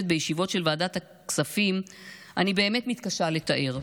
בישיבות של ועדת הכספים אני באמת מתקשה לתאר: